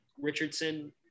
Richardson